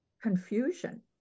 Confusion